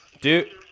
Dude